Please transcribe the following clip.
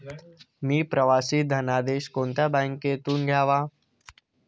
मी प्रवासी धनादेश कोणत्या बँकेतून घ्यावा?